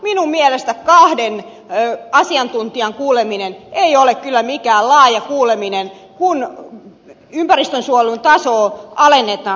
minun mielestäni kahden asiantuntijan kuuleminen ei ole kyllä mikään laaja kuuleminen kun ympäristönsuojelun tasoa alennetaan